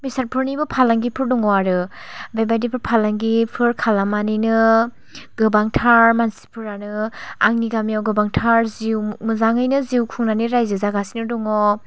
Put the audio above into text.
बेसादफोरनिबो फालांगिफोर दङ आरो बेबायदिफोर फालांगिफोर खालामनानैनो गोबांथार मानसिफोरानो आंनि गामियाव गोबांथार जिउ मोजाङैनो जिउ खुंनानै रायजो जागासिनो दङ